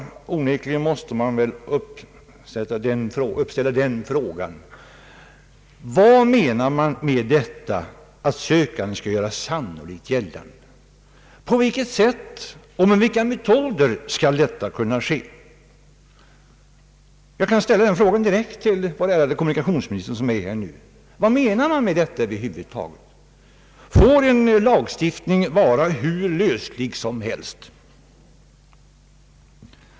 Onekligen måste man fråga vad som menas med att sökanden gör sannolikt. På vilket sätt och med vilka metoder skall detta ske? Jag kan ställa den frågan till vår ärade kommunikationsminister, som är här nu. Får en lagstiftning vara hur löslig som helst?